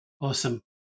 Awesome